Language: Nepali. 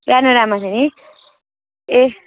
प्यानोरामा चाहिँ है ए